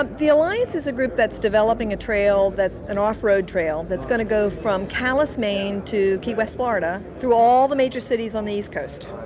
um the alliance is a group that's developing a trail, that's an off-road trail, that's going to go from calais, maine, to key west, florida, through all the major cities on the east coast.